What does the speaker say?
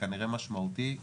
כנראה משמעותי,